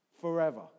forever